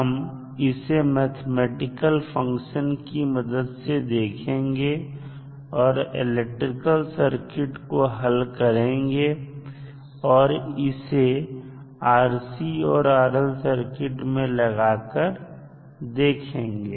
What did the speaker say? हम इसे mathematical function की मदद से देखेंगे और इलेक्ट्रिकल सर्किट को हल करेंगे और इसे RC और RL सर्किट में लगा कर देखेंगे